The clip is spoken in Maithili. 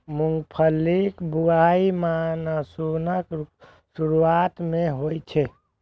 मूंगफलीक बुआई मानसूनक शुरुआते मे होइ छै